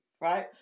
right